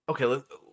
Okay